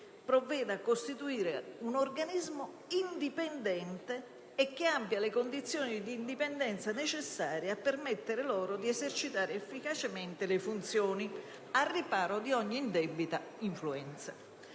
provveda a costituire un organismo indipendente e che abbia le condizioni di indipendenza necessarie a permettergli di esercitare efficacemente le funzioni al riparo da ogni indebita influenza.